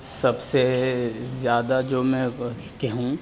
سب سے زیادہ جو میں کہوں